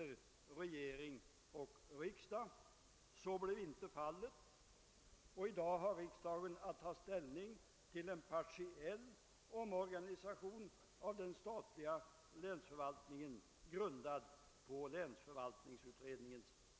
I planeringsfrågor av regionalpolitisk betydelse som handläggs av vissa andra läns organ övertar länsstyrelsen beslutanderätten. Dessa organ skall delta i frågornas beredning.